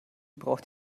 braucht